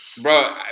Bro